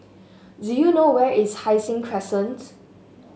do you know where is Hai Sing Crescent